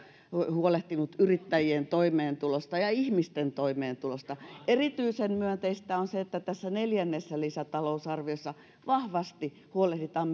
huolehtinut yrittäjien toimeentulosta ja ihmisten toimeentulosta erityisen myönteistä on se että tässä neljännessä lisätalousarviossa vahvasti huolehditaan